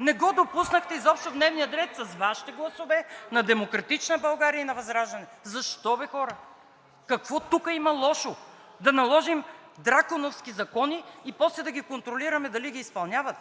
Не го допуснахте изобщо в дневния ред с Вашите гласове, на „Демократична България“ и на ВЪЗРАЖДАНЕ. Защо бе, хора? Какво лошо има тук – да наложим драконовски закони и после да контролираме дали ги изпълняват